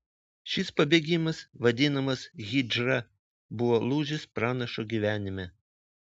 šis pabėgimas vadinamas hidžra buvo lūžis pranašo gyvenime